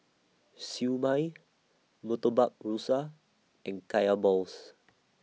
Siew Mai Murtabak Rusa and Kaya Balls